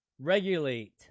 Regulate